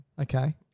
Okay